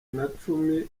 nacumi